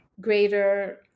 greater